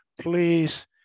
please